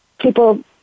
people